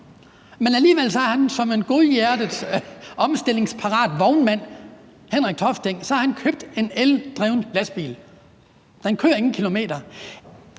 Men alligevel har han som en godhjertet og omstillingsparat vognmand – Henrik Tofteng hedder han – købt en eldrevet lastbil. Den kører ingen kilometer.